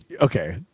okay